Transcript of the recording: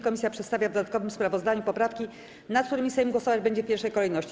Komisja przedstawia w dodatkowym sprawozdaniu poprawki, nad którymi Sejm głosować będzie w pierwszej kolejności.